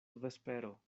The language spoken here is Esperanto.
vespero